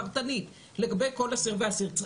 פרטנית לגבי כל אסיר ואסיר,